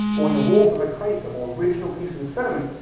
or in the walls of a crater or original pieces of sediment,